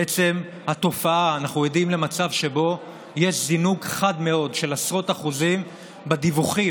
בעצם אנחנו עדים למצב שבו יש זינוק חד מאוד של עשרות אחוזים בדיווחים,